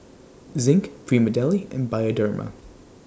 Zinc Prima Deli and Bioderma